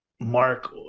Mark